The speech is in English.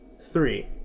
Three